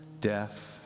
Death